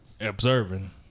observing